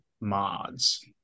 mods